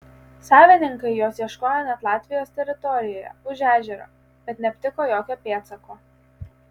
savininkai jos ieškojo net latvijos teritorijoje už ežero bet neaptiko jokio pėdsako